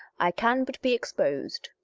i can but be exposed.